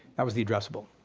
that was the addressable.